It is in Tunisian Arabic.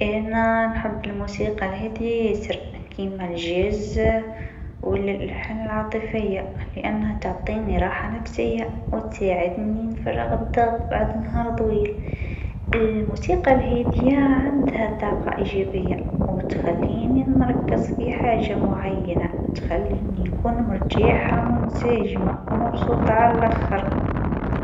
أنا نحب الموسيقى الشعبية التونسية برشا. لأنها تجيب على أحاسيسي وتخليني نعيش اللحظة. الإيقاعات متاعها حيوية والكلمات تعبر عن حياتنا اليومية. كيف نسمعها، نحب نرقص ونغني مع الأصحاب، وهذا يخلي الأجواء زينة. زيدا، الفنانين في تونس عندهم طابع خاص يميزهم، وهذا يزيد في حبي لها.